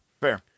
fair